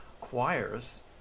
choirs